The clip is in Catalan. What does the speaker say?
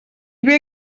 que